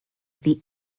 the